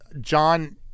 John